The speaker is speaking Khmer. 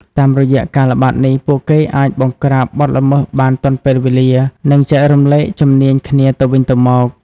តាមរយៈការល្បាតនេះ ពួកគេអាចបង្ក្រាបបទល្មើសបានទាន់ពេលវេលា និងចែករំលែកជំនាញគ្នាទៅវិញទៅមក។